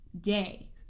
day